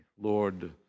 Lord